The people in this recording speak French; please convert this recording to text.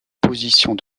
positions